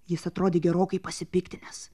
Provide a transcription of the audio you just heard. jis atrodė gerokai pasipiktinęs